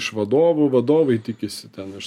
iš vadovų vadovai tikisi ten iš